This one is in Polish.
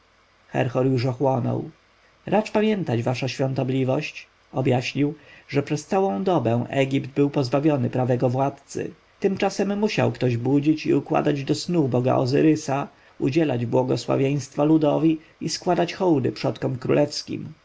już ochłonął racz pamiętać wasza świątobliwość objaśnił że przez całą dobę egipt był pozbawiony prawego władcy tymczasem musiał ktoś budzić i układać do snu boga ozyrysa udzielać błogosławieństwa ludowi i składać hołdy przodkom królewskim